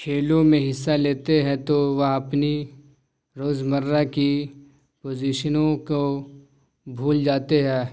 کھیلوں میں حصہ لیتے ہیں تو وہ اپنی روزمرہ کی پوزیشنوں کو بھول جاتے ہے